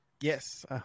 Yes